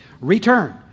return